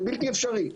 זה בלתי אפשרי.